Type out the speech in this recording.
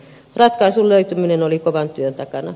ratkaisun löytyminen oli kovan työn takana